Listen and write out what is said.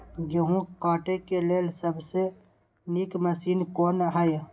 गेहूँ काटय के लेल सबसे नीक मशीन कोन हय?